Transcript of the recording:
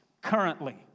currently